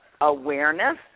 awareness